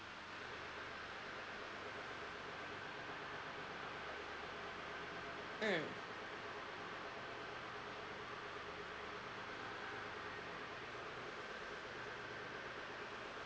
mm